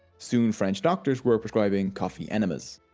soon french doctors were prescribing coffee enemas.